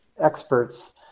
experts